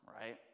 right